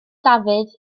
dafydd